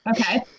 okay